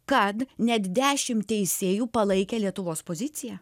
kad net dešim teisėjų palaikė lietuvos poziciją